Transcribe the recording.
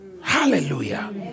Hallelujah